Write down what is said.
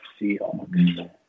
Seahawks